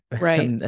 Right